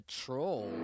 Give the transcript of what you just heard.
troll